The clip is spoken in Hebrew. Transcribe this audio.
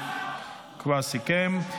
כבר סיכם.